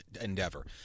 endeavor